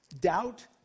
Doubt